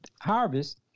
harvest